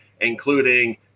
including